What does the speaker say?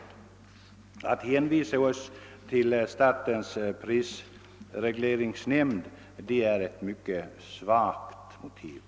Att i sammanhanget hänvisa oss till statens prisregleringsnämnd för elektrisk ström är mycket otillfredsställande.